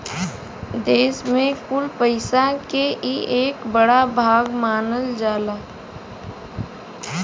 देस के कुल पइसा के ई एक बड़ा भाग मानल जाला